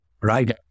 right